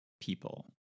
people